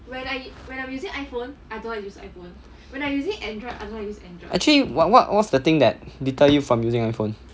actually wha~ what whats the thing deter you from using iphone